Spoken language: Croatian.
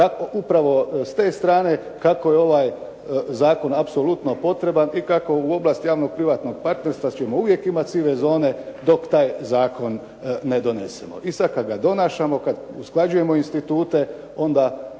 upravo s te strane, kako je ovaj zakon apsolutno potreban i kako u ovlasti javnog-privatnog-partnerstva ćemo uvijek imati sive zone dok taj zakon ne donesemo. I sada kada ga donašamo, kada usklađujemo institute, onda